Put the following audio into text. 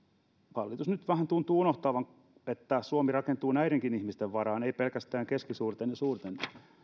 hallitus tuntuu nyt vähän unohtavan että suomi rakentuu näidenkin ihmisten varaan ei pelkästään keskisuurten ja suurten